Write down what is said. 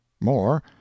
More